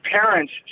parents